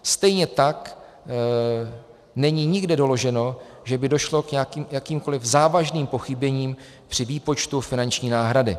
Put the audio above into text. Stejně tak není nikde doloženo, že by došlo k jakýmkoliv závažným pochybením při výpočtu finanční náhrady.